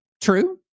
True